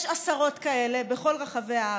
יש עשרות כאלה בכל רחבי הארץ,